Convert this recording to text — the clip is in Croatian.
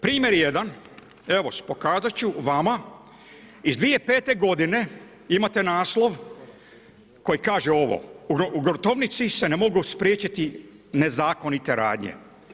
Primjer jedan, evo, pokazati ću vama, iz 2005. g. imate naslov, koji kaže ovo, u gruntovnici se ne mogu spriječiti nezakonite radnje.